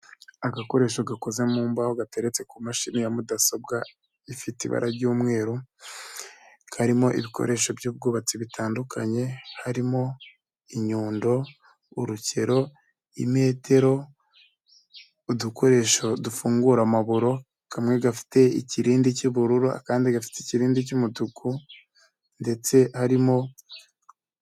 Agakoresho gakoze mu mbaho gateretse ku mashini ya mudasobwa ifite ibara ry'umweru, karimo ibikoresho by'ubwubatsi bitandukanye, harimo inyundo, urukero metero udukoresho dufungura amaburo, kamwe gafite ikirindi cy'ubururu akandi gafite ikibindi cy'umutuku, ndetse karimo.